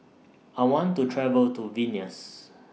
I want to travel to Vilnius